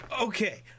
okay